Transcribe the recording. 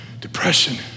depression